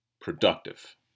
productive